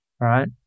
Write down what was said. Right